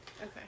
Okay